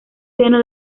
seno